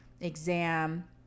exam